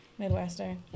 Midwestern